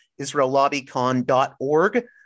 israellobbycon.org